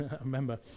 remember